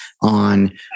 on